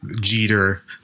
Jeter